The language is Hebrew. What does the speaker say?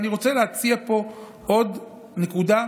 אני רוצה להציע פה עוד נקודה.